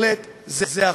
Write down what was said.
בהחלט, זה החוק.